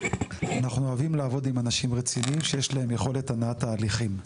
אנחנו אוהבים לעבוד עם אנשים רציניים שיש להם יכולת הנעת תהליכים.